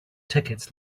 tickets